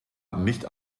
nicht